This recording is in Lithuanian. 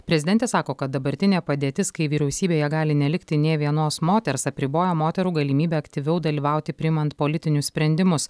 prezidentė sako kad dabartinė padėtis kai vyriausybėje gali nelikti nė vienos moters apriboja moterų galimybę aktyviau dalyvauti priimant politinius sprendimus